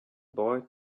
boy